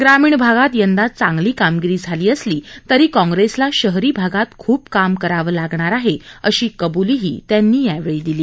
ग्रामीण भागात यंदा चांगली कामगिरी झाली असली तरी काँग्रेसला शहरी भागात खुप काम करावं लागणार आहे अशी कब्लीही त्यांनी दिली